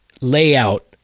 layout